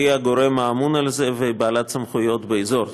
והיא הגורם הממונה על זה ובעלת הסמכויות באזור.